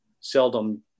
seldom